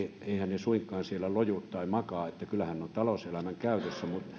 ne suinkaan siellä loju tai makaa vaan kyllähän ne ovat talouselämän käytössä